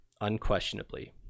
unquestionably